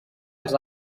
els